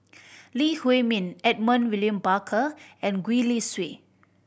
Lee Huei Min Edmund William Barker and Gwee Li Sui